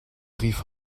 rief